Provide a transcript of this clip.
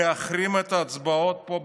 היא להחרים את ההצבעות פה במליאה.